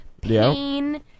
pain